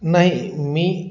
नाही मी